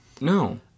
no